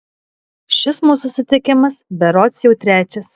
šis mūsų susitikimas berods jau trečias